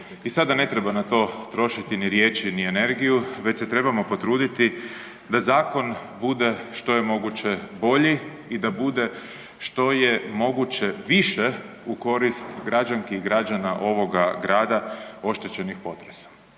i sada ne treba na to trošiti ni riječi ni energiju, već se trebamo potruditi da zakon bude što je moguće bolji i da bude što je moguće više u korist građanki i građana ovoga grada, oštećenih potresom.